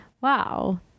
wow